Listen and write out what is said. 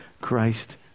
Christ